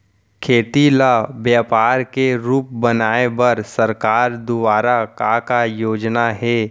खेती ल व्यापार के रूप बनाये बर सरकार दुवारा का का योजना हे?